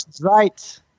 Right